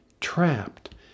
trapped